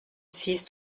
six